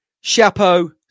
Chapeau